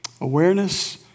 Awareness